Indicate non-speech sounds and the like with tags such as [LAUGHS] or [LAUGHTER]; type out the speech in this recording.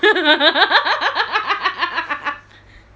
[LAUGHS] [BREATH]